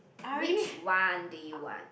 which one do you want